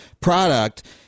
product